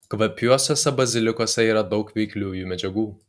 kvapiuosiuose bazilikuose yra daug veikliųjų medžiagų